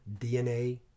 DNA